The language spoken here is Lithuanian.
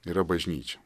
yra bažnyčia